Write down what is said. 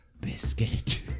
Biscuit